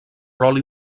rol